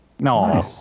No